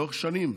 לאורך שנים,